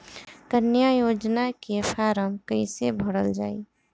कन्या योजना के फारम् कैसे भरल जाई?